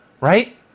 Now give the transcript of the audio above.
right